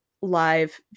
live